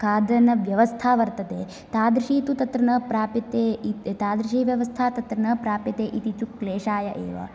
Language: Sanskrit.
खादनव्यवस्था वर्तते तादृशी तु तत्र न प्राप्यते तादृशि व्यवस्था तत्र न प्राप्यते इति तु क्लेषाय एव